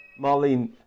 Marlene